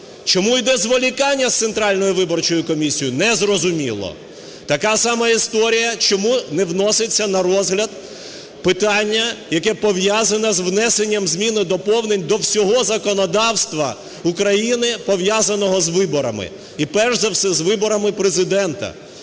виборчою комісією? Не зрозуміло. Така сама історія: чому не вноситься на розгляд питання, яке пов'язане з внесенням змін і доповнень до всього законодавства України, пов'язаного з виборами, і перш за все, з виборами Президента.